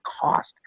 cost